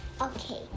Okay